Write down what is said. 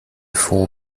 four